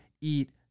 eat